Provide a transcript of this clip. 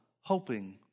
hoping